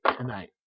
tonight